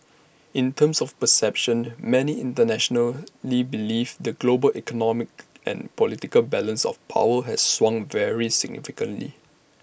in terms of perceptions many internationally believe the global economic and political balance of power has swung very significantly